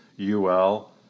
Ul